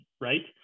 right